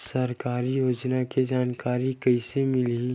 सरकारी योजना के जानकारी कइसे मिलही?